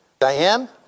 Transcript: Diane